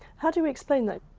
how do you explain that?